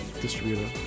distributor